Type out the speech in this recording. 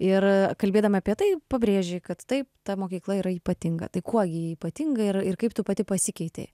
ir kalbėdama apie tai pabrėžei kad taip ta mokykla yra ypatinga tai kuo ji ypatinga ir ir kaip tu pati pasikeitei